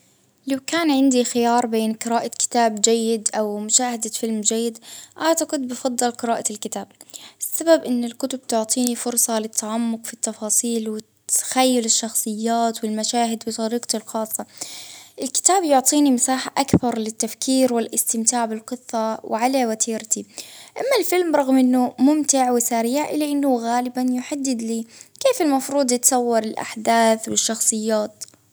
لو كان عندي خيار بين قراءة كتاب جيد أو مشاهدة فيلم جيد، أعتقد بفضل قراءة الكتاب، بسبب إن الكتب تعطيني فرصة للتعمق في التفاصيل وتتخيل الشخصيات ،والمشاهد بطريقتك الخاصة، الكتاب يعطيني مساحة أكثر للتفكير والإستمتاع بالقصة وعلي وتيرتي ، أما الفيلم رغم إنه ممتع وسريع إلى إنه غالبا يحدد لي كيف المفروض يتصور الأحداث والشخصيات؟